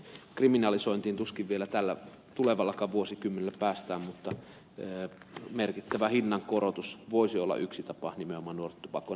kriminalisointiin tuskin vielä tällä tulevallakaan vuosikymmenellä päästään mutta merkittävä hinnankorotus voisi olla yksi tapa nimenomaan nuorten tupakoinnin lopettamisessa